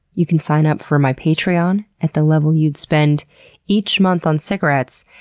you can sign up for my patreon at the level you'd spend each month on cigarettes,